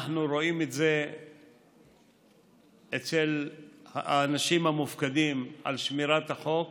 אנחנו רואים את זה אצל האנשים המופקדים על שמירת החוק,